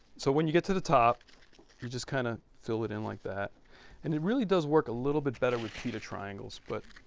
so when you get to the top you just kind of fill it in like that and it really does work a little bit better with pita triangles. but